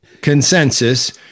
consensus